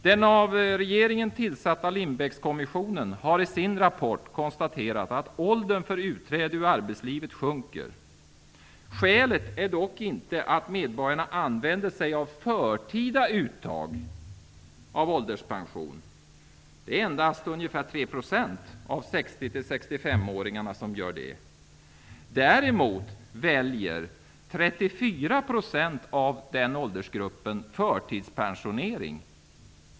Den av regeringen tillsatta Lindbeckkommissionen har i sin rapport konstaterat att åldern för utträde ur arbetslivet sjunker. Skälet är dock inte att medborgarna använder sig av förtida uttag av ålderspension. Det är endast ungefär 3 % av 60--65 åringarna som gör det. Däremot väljer 34 % av den åldersgruppen förtidspensionering.